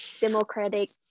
democratic